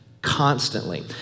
Constantly